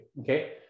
okay